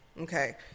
Okay